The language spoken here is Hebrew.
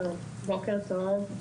שלום, בוקר טוב.